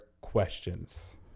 questions